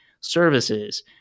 services